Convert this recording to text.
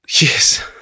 Yes